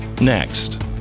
next